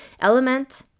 Element